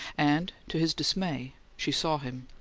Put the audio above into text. and to his dismay she saw him.